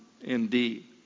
indeed